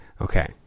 Okay